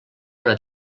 una